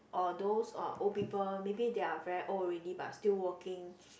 or those uh old people maybe they are very old already but still working